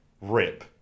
Rip